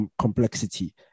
complexity